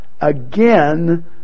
again